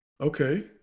Okay